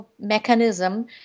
mechanism